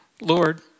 Lord